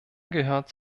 gehört